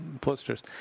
posters